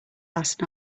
last